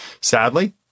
Sadly